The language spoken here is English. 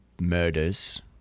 murders